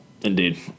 Indeed